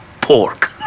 Pork